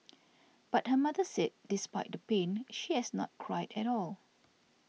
but her mother said despite the pain she has not cried at all